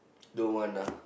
don't want lah